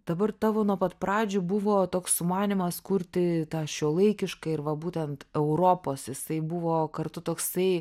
dabar tavo nuo pat pradžių buvo toks sumanymas kurti tą šiuolaikišką ir va būtent europos jisai buvo kartu toksai